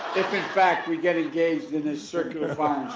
if in fact we get engaged in this circular